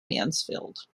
mansfield